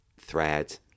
thread